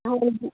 ਹਾਂਜੀ